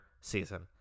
season